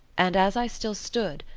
and as i still stood,